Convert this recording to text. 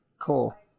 Cool